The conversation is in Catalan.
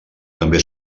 també